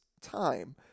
time